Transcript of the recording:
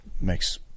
makes-